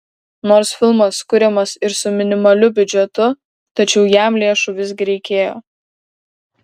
nors filmas kuriamas ir su minimaliu biudžetu tačiau jam lėšų visgi reikėjo